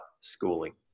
schooling